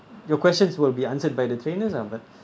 your questions will be answered by the trainers ah but